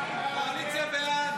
סעיף 7,